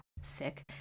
sick